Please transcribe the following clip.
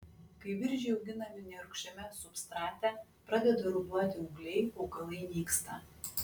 kai viržiai auginami nerūgščiame substrate pradeda ruduoti ūgliai augalai nyksta